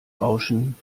rauschen